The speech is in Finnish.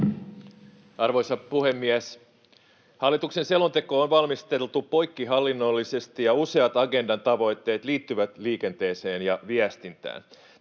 Arvoisa puhemies! Hallituksen selonteko on valmisteltu poikkihallinnollisesti, ja useat Agendan tavoitteet liittyvät liikenteeseen ja viestintään.